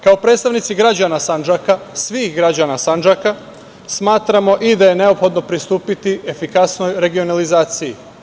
Kao predstavnici građana Sandžaka, svih građana Sandžaka, smatramo i da je neophodno pristupiti efikasnoj regionalizaciji.